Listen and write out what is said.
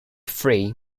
free